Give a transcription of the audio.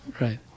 Right